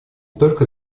только